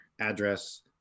address